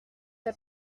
que